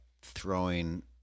throwing